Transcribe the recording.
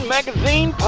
Magazine